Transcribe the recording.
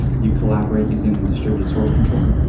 you collaborate using distributed source control.